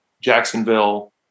Jacksonville